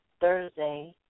Thursday